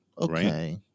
Okay